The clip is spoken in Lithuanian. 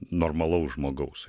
normalaus žmogaus